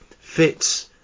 fits